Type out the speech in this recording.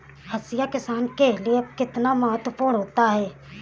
हाशिया किसान के लिए कितना महत्वपूर्ण होता है?